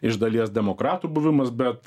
iš dalies demokratų buvimas bet